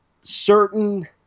certain